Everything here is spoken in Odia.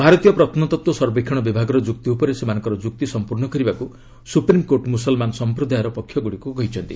ଭାରତୀୟ ପ୍ରତ୍ନତତ୍ତ୍ୱ ସର୍ବେକ୍ଷଣ ବିଭାଗର ଯୁକ୍ତି ଉପରେ ସେମାନଙ୍କର ଯୁକ୍ତି ସମ୍ପୂର୍ଣ୍ଣ କରିବାକୁ ସୁପ୍ରିମ୍କୋର୍ଟ ମୁସଲମାନ ସମ୍ପ୍ରଦାୟର ପକ୍ଷଗୁଡ଼ିକୁ କହିଛନ୍ତି